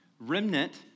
Remnant